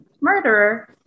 murderer